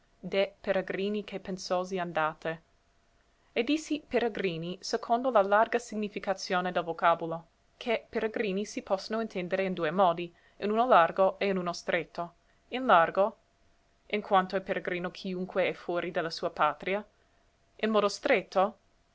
deh peregrini che pensosi andate e dissi peregrini secondo la larga significazione del vocabulo ché peregrini si possono intendere in due modi in uno largo e in uno stretto in largo in quanto è peregrino chiunque è fuori de la sua patria in modo stretto